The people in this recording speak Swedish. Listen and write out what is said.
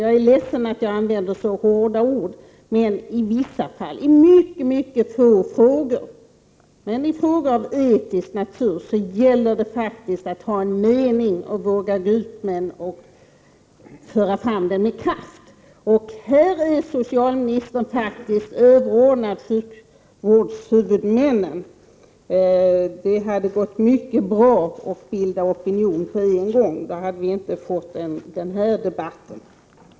Jag är ledsen att jag använder så hårda ord, men i vissa fall, i ytterst få frågor men i frågor av etisk natur, gäller det faktiskt att ha en mening, att våga gå ut med den och att föra fram den med kraft. Här är socialministern faktiskt överordnad sjukvårdshuvudmännen. Det hade gått mycket bra att bilda opinion med en gång. Då hade vi inte fått den här debatten.